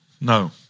No